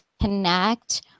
connect